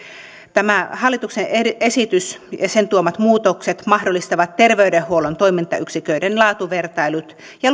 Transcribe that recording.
tämä hallituksen esitys ja sen tuomat muutokset mahdollistavat terveydenhuollon toimintayksiköiden laatuvertailut ja